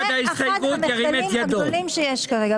זה אחד המחדלים הגדולים שיש כרגע.